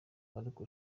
ariko